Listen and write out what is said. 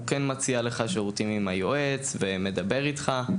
הוא כן מציע לך שירותים עם היועץ ומדבר איתך,